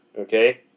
Okay